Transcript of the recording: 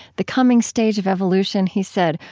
the coming stage of evolution, he said,